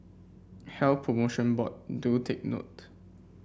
Health Promotion Board do take note